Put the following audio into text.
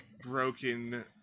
broken